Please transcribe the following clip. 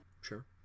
Sure